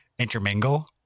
intermingle